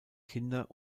kinder